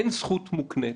אין זכות מוקנית